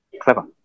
Clever